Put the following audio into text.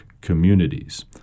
communities